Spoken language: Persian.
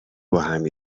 باهم